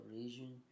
region